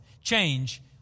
Change